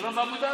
השלום באבו דאבי.